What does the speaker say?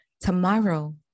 tomorrow